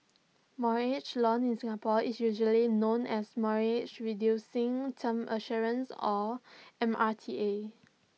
mortgage loan in Singapore is usually known as mortgage reducing term assurance or M R T A